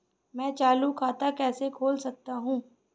मैं चालू खाता कैसे खोल सकता हूँ?